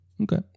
Okay